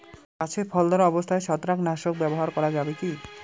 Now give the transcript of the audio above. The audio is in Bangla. গাছে ফল ধরা অবস্থায় ছত্রাকনাশক ব্যবহার করা যাবে কী?